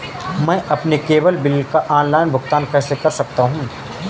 मैं अपने cable bill का ऑनलाइन भुगतान कैसे कर सकता हूं?